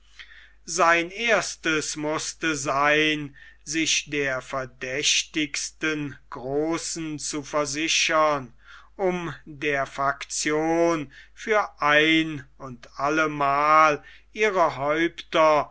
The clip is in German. sein erstes mußte sein sich der verdächtigsten großen zu versichern um der faktion für ein und allemal ihre häupter